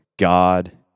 God